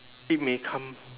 it may come